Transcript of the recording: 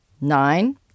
Nine